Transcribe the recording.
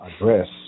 address